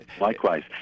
likewise